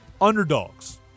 underdogs